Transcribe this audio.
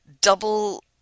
double